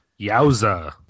Yowza